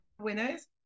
winners